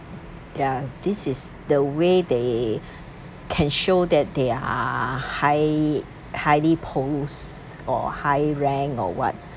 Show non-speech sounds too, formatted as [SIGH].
ya this is the way they [BREATH] can show that they are high highly post or high rank or what